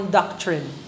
doctrine